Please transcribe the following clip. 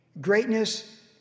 Greatness